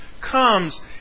comes